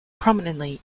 prominently